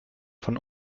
von